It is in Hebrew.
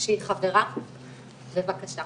שהיא חברה, בבקשה.